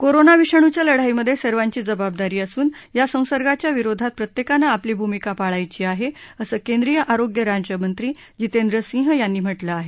corona विषाणूच्या लढाईमधे सर्वाची जबाबदारी असून या संसर्गाच्या विरोधात प्रत्येकानं आपली भूमिका पाळायची आहे असं केंद्रीय आरोग्य राज्यमंत्री जितेंद्र सिंह यांनी म्हटलं आहे